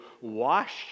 wash